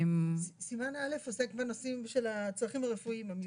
סימן א' עוסק בנושאים של הצרכים הרפואיים המיוחדים.